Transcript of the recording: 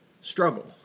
struggle